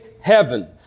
heaven